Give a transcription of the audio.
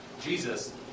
Jesus